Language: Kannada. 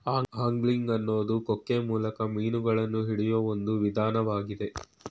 ಆಂಗ್ಲಿಂಗ್ ಅನ್ನೋದು ಕೊಕ್ಕೆ ಮೂಲಕ ಮೀನುಗಳನ್ನ ಹಿಡಿಯೋ ಒಂದ್ ವಿಧಾನ್ವಾಗಿದೆ